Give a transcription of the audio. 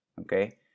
Okay